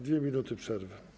2 minuty przerwy.